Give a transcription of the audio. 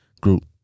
Group